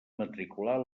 matricular